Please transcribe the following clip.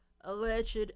Alleged